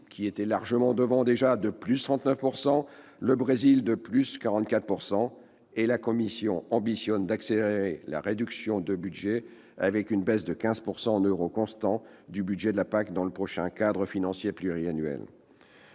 déjà largement en tête -de 39 % et le Brésil de 44 %. Et la Commission ambitionne d'accélérer la réduction avec une baisse de 15 % en euros constants du budget de la PAC dans le prochain cadre financier pluriannuel.